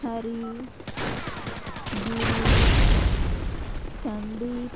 Hari Giri Sandeep